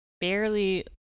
barely